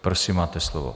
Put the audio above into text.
Prosím, máte slovo.